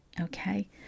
okay